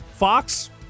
Fox